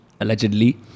allegedly